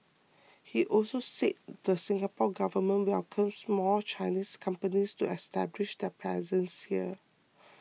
he also said the Singapore Government welcomes more Chinese companies to establish their presence here